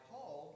Paul